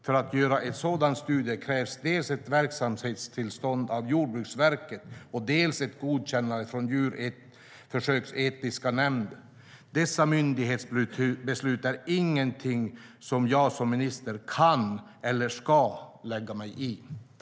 För att göra en sådan studie krävs dels ett verksamhetstillstånd av Jordbruksverket, dels ett godkännande från en djurförsöksetisk nämnd. Dessa myndighetsbeslut är ingenting jag som minister kan, eller ska, lägga mig i.